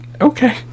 okay